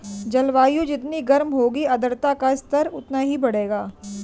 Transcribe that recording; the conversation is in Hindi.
जलवायु जितनी गर्म होगी आर्द्रता का स्तर उतना ही बढ़ेगा